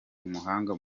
umuhanga